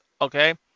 okay